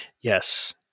Yes